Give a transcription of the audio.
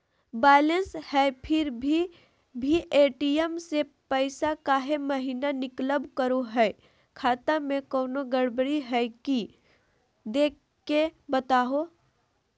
Balance है फिर भी भी ए.टी.एम से पैसा काहे महिना निकलब करो है, खाता में कोनो गड़बड़ी है की देख के बताहों?